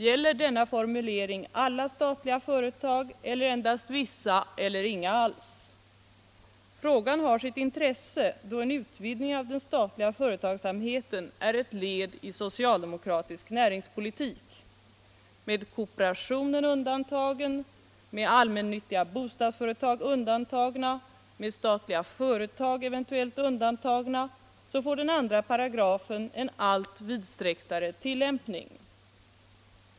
Gäller denna formulering alla statliga företag eller endast vissa eller inga alls? Frågan har sitt intresse, då en utvidgning av den statliga företagsamheten är ett led i socialdemokratisk näringspolitik. Med kooperationen undantagen, med allmännyttiga bostadsföretag undantagna, med statliga företag eventuellt undantagna får 2 § en allt vidsträcktare tillämpning.